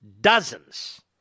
dozens